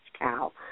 cow